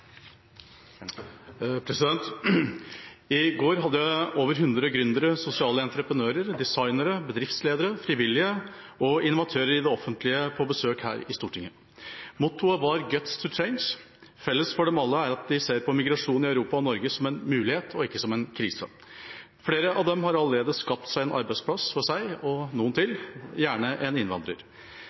I går hadde vi over 100 gründere, sosiale entreprenører, designere, bedriftsledere, frivillige og innovatører i det offentlige på besøk her i Stortinget. Mottoet var «Guts to Change». Felles for dem alle er at de ser på migrasjon i Europa og Norge som en mulighet og ikke som en krise. Flere av dem har allerede skapt seg en arbeidsplass for seg og noen til, gjerne en innvandrer.